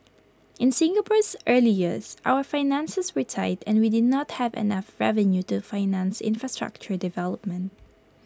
in Singapore's early years our finances were tight and we did not have enough revenue to finance infrastructure development